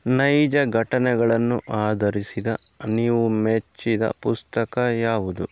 ನೈಜ ಘಟನೆಗಳನ್ನು ಆಧರಿಸಿದ ನೀವು ಮೆಚ್ಚಿದ ಪುಸ್ತಕ ಯಾವುದು